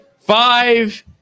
Five